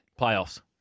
Playoffs